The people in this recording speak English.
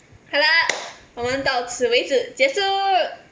好了我们到此为止结束